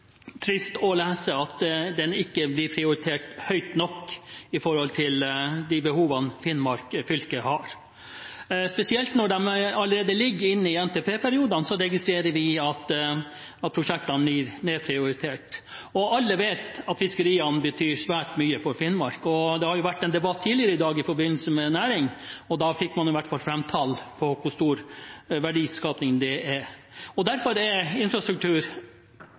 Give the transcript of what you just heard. trist å lese at dette ikke blir prioritert høyt nok, med tanke på de behovene Finnmark fylke har, spesielt når det allerede ligger inne i NTP-perioden. Vi registrerer at prosjektene blir nedprioritert. Alle vet at fiskeriene betyr svært mye for Finnmark. Det har vært en debatt tidligere i dag i forbindelse med næring. Da fikk man i hvert fall fram tall for hvor stor verdiskaping det er. Derfor er infrastruktur